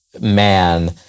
man